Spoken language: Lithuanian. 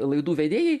laidų vedėjai